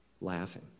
laughing